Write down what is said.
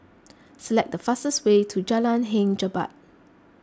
select the fastest way to Jalan Hang Jebat